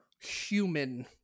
human